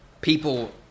people